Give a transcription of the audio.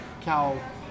Cow